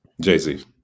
jay-z